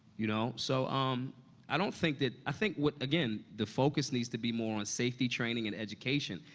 you know? so um i don't think that i think what again, the focus needs to be more on safety, training, and education.